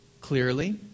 Clearly